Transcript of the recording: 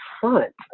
front